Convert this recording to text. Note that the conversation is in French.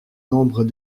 nombre